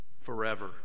forever